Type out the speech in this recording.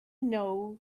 know